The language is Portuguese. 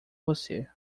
você